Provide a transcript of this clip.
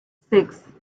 six